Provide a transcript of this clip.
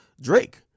Drake